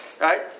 Right